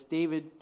David